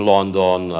London